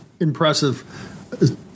Impressive